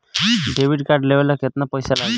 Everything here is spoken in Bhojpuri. डेबिट कार्ड लेवे ला केतना पईसा लागी?